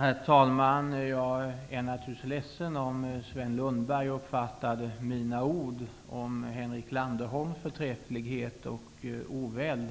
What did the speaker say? Herr talman! Jag är naturligtvis ledsen om Sven Lundberg uppfattade mina ord om Henrik Landerholms förträfflighet och oväld